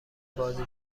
بازی